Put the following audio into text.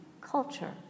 culture